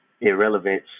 Irrelevance